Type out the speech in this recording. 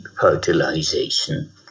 fertilization